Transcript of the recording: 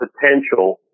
potential